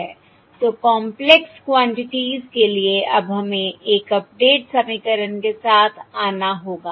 तो complex quantities के लिए अब हमें एक अपडेट समीकरण के साथ आना होगा